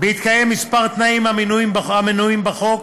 בהתקיים כמה תנאים המנויים בחוק: